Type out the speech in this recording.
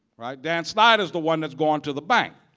dan snyder is the one that's going to the bank.